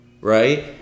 right